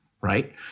right